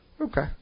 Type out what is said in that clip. Okay